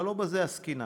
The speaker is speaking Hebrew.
אבל לא בזה עסקינן.